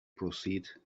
proceed